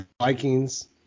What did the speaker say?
Vikings